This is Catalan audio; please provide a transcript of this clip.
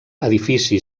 edifici